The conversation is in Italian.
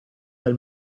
del